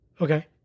Okay